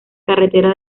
carretera